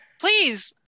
Please